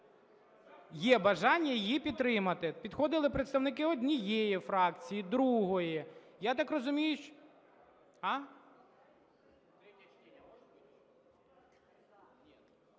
Є бажання її підтримати. Підходили представники однієї фракції, другої. Я так розумію… (Шум